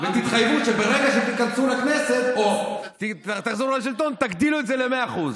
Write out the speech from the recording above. ותתחייבו שברגע שתיכנסו לכנסת או תחזרו לשלטון תגדילו את זה ל-100%.